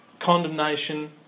condemnation